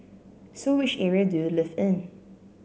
so which area do you live in